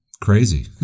crazy